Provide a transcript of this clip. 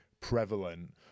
prevalent